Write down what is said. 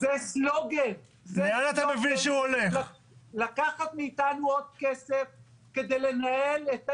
זה סלוגן, לקחת מאתנו עוד כסף כדי לנהל את העיר.